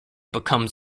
becomes